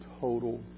total